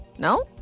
No